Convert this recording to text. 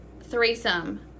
threesome